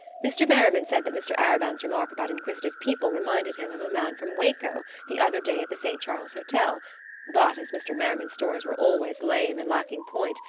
mr. merriman said that mr. arobin's remark about inquisitive people reminded him of a man from waco the other day at the st. charles hotel but as mr. merriman's stories were always lame and lacking point,